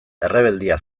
errebeldia